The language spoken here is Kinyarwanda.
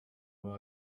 abo